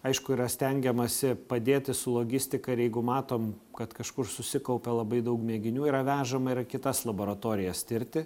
aišku yra stengiamasi padėti su logistika ir jeigu matom kad kažkur susikaupia labai daug mėginių yra vežama ir į kitas laboratorijas tirti